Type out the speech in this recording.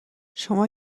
شما